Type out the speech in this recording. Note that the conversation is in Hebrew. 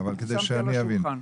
כדי שאני אבין.